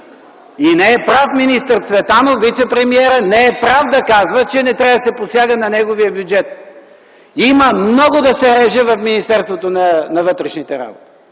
Не е прав министър Цветанов, вицепремиерът, не е прав да казва, че не трябва да се посяга на неговия бюджет. Има много да се реже в Министерството на вътрешните работи.